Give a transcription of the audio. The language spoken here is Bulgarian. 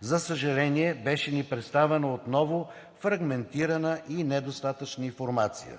За съжаление, беше ни представена отново фрагментирана и недостатъчна информация.